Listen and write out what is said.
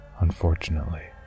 Unfortunately